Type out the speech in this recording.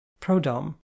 Prodom